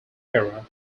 era